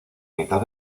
mitad